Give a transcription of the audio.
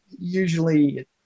usually